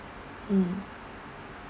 mm